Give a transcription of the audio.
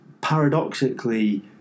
paradoxically